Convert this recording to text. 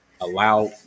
allow